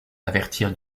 avertir